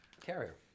Carrier